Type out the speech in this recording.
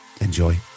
Enjoy